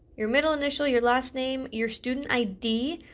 your middle initial, your last name, your student id,